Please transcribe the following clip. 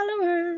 followers